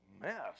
mess